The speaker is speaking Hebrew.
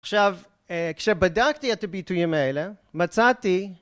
עכשיו, כשבדקתי את הביטויים האלה, מצאתי ...